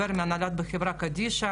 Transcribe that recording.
מועמד מפלגת ש"ס,